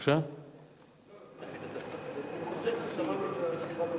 אני חושב ששמענו תשובה דומה.